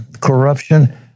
corruption